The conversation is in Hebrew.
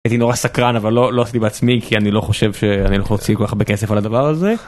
הייתי נורא סקרן, אבל לא לא עשיתי בעצמי, כי אני לא חושב שאני הולך להוציא כל כך הרבה כסף על הדבר הזה.